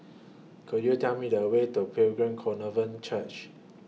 Could YOU Tell Me The Way to Pilgrim Church